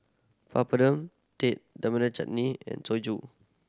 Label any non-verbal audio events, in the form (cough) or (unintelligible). Papadum Date Tamarind Chutney and (unintelligible)